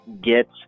get